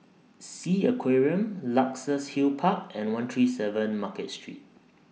Sea Aquarium Luxus Hill Park and one three seven Market Street